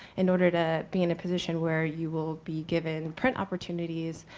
in order to be in a position where you will be given print opportunities,